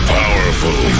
powerful